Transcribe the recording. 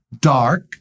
dark